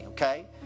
Okay